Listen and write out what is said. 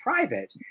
private